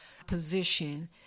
position